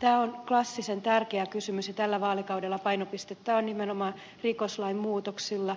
tämä on klassisen tärkeä kysymys ja tällä vaalikaudella painopistettä on nimenomaan rikoslain muutoksilla